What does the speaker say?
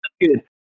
Good